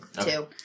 Two